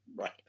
right